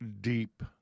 deep